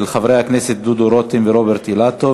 של חברי הכנסת דודו רותם ורוברט אילטוב.